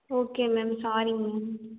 okay ma'am sorry ma'am